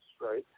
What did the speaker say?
right